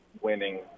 winning